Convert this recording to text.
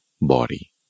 body